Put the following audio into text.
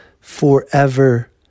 forever